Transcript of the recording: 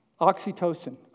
oxytocin